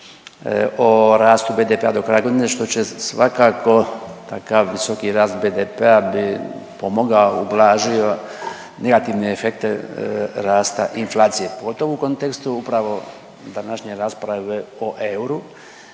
o rastu BDP-a do kraja godine što će svakako takav visoki rast BDP-a bi pomogao i ublažio negativne efekte rasta inflacije, pogotovo u kontekstu upravo današnje rasprave o euru